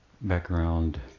background